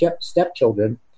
stepchildren